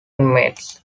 inmates